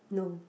no